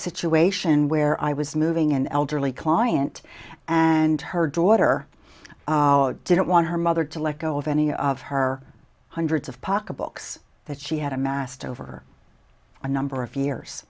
situation where i was moving an elderly client and her daughter didn't want her mother to let go of any of her hundreds of pocket books that she had amassed over a number of years